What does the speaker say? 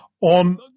on –